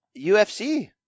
ufc